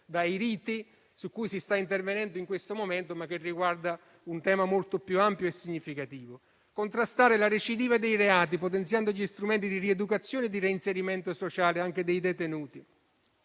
dai riti su cui si sta intervenendo in questo momento, ma che riguarda un tema molto più ampio e significativo. Si prevede inoltre di contrastare la recidiva dei reati potenziando gli strumenti di rieducazione e di reinserimento sociale dei detenuti.